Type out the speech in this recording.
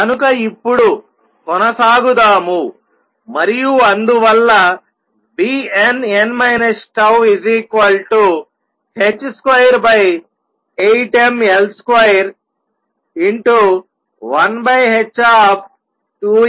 కనుక ఇప్పుడు కొనసాగుదాము మరియు అందువల్ల nn τh28mL21h2nτ 2